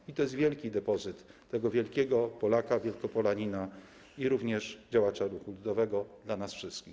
I to jest wielki depozyt tego wielkiego Polaka, Wielkopolanina i również działacza ruchu ludowego dla nas wszystkich.